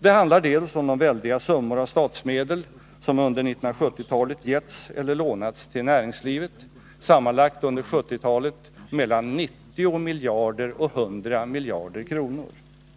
Det handlar dels om de väldiga summor av statsmedel som under 1970-talet getts eller lånats till näringslivet — sammanlagt under 1970-talet mellan 90 och 100 miljarder kronor